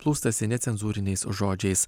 plūstasi necenzūriniais žodžiais